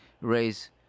raise